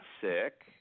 sick